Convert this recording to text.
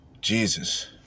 Jesus